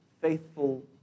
faithful